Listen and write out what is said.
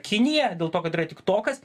kinija dėl to kad yra tiktokas